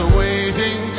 waiting